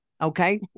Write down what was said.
okay